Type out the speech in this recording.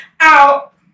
out